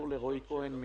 באיזה היקף כספי הן?